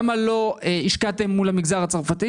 למה לא אצל הערבים?